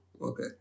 Okay